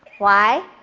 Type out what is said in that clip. why?